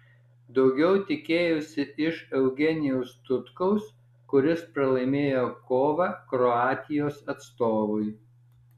daugiau tikėjausi iš eugenijaus tutkaus kuris pralaimėjo kovą kroatijos atstovui